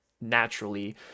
naturally